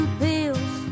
pills